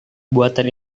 buatan